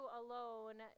alone